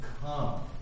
come